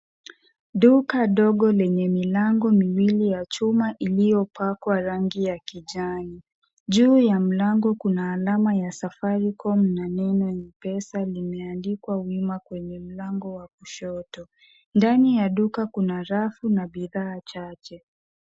Duka dogo lenye milango miwili ya chuma iliyopakwa rangi ya kijani. Juu ya mlango kuna alama ya safaricom na neno M-pesa limeandikwa wima kwenye mlango wa kushoto. Ndani ya duka kuna rafu na bidhaa chache.